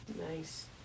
Nice